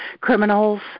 criminals